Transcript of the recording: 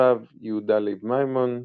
הרב יהודה לייב מימון ועוד.